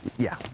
yeah,